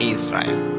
Israel